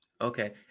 Okay